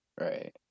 Right